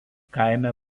kaime